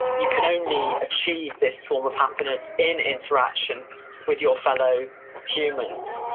you can only achieve this form of happiness in interaction with your fellow humans,